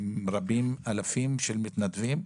רבים, אלפים של מתנדבים,